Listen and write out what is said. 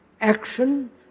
action